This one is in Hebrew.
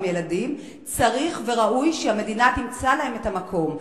צריך וראוי שהמדינה תמצא לו את המקום.